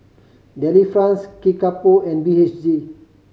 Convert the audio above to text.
Delifrance Kickapoo and B H G